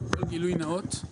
גילוי נאות,